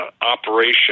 operation